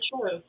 true